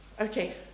Okay